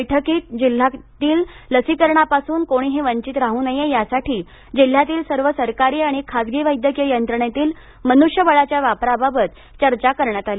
बैठकीत जिल्हातील लसीकरणापासून कोणीही वंचित राहू नये यासाठी जिल्ह्यातील सर्व सरकारी व खाजगी वैद्यकीय यंत्रणेतील मन्ष्यबळाच्या वापराबाबत चर्चा करण्यात आली